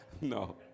No